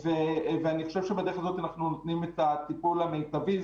ואני חושב שבדרך הזאת אנחנו נותנים את הטיפול המיטבי.